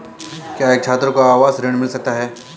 क्या एक छात्र को आवास ऋण मिल सकता है?